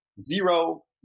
zero